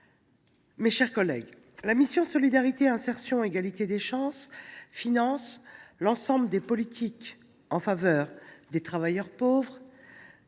mes chers collègues, la mission « Solidarité, insertion et égalité des chances » finance l’ensemble des politiques en faveur des travailleurs pauvres,